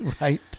right